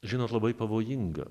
žinot labai pavojinga